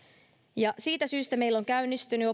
siitä syystä meillä ovat käynnistyneet